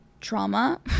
trauma